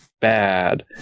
bad